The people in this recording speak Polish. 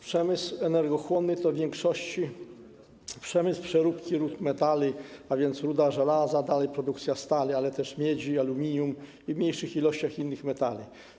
Przemysł energochłonny to w większości przemysł przeróbki rud metali, a więc rudy żelaza, dalej produkcja stali, ale też miedzi, aluminium i w mniejszych ilościach innych metali.